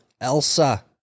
Elsa